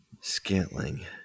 Scantling